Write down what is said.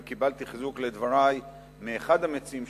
וקיבלתי חיזוק לדברי מאחד המציעים,